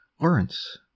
Lawrence